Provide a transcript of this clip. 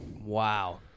Wow